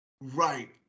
Right